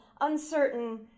uncertain